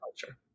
culture